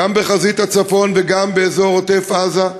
גם בחזית הצפון וגם באזור עוטף-עזה,